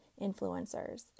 influencers